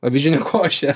avižinę košę